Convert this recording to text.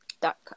dot